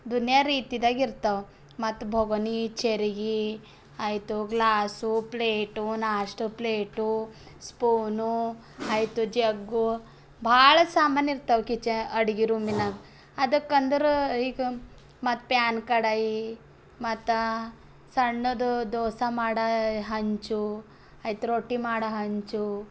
ದುನಿಯಾ ರೀತಿದಾಗ ಇರ್ತಾವ ಮತ್ತು ಬೊಗಣಿ ಚೆರ್ಗಿ ಆಯಿತು ಗ್ಲಾಸು ಪ್ಲೇಟು ನಾಷ್ಟ ಪ್ಲೇಟು ಸ್ಪೂನು ಆಯಿತು ಜಗ್ಗು ಭಾಳ ಸಾಮಾನು ಇರ್ತಾವ ಕಿಚೆನ್ ಅಡುಗೆ ರೂಮಿನಾಗ ಅದಕ್ಕಂದ್ರೆ ಈಗ ಮತ್ತು ಪ್ಯಾನ್ ಕಡಾಯಿ ಮತ್ತು ಸಣ್ಣದು ದೋಸೆ ಮಾಡೋ ಹೆಂಚು ಮತ್ತು ರೊಟ್ಟಿ ಮಾಡೋ ಹೆಂಚು